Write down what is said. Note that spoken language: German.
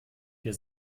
der